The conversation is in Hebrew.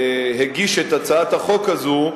הגיש את הצעת החוק הזאת,